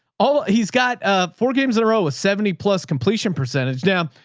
all ah he's got ah four games in a row with seventy plus completion percentage. damn.